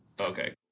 Okay